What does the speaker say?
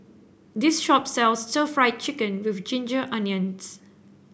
this shop sells Stir Fried Chicken with Ginger Onions